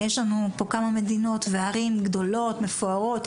יש כמה מדינות וערים גדולות ומפוארות,